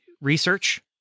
research